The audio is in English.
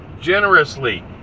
generously